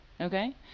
okay